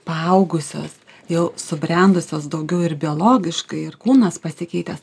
paaugusios jau subrendusios daugiau ir biologiškai ir kūnas pasikeitęs